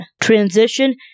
Transition